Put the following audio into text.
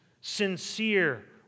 sincere